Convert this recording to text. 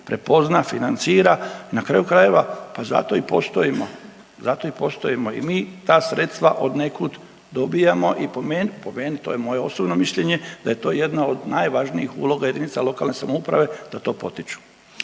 prepozna, financira i na kraju krajeva pa zato i postojimo, zato i postojimo. I mi ta sredstva od nekud dobijamo i po meni, po meni to je moje osobno mišljenje da je to jedna od najvažnijih uloga jedinica lokalne samouprave da to potiču.